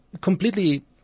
completely